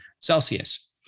Celsius